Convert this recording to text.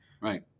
Right